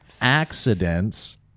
accidents